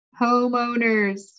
Homeowners